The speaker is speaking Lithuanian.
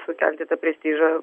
sukelti tą prestižą